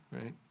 right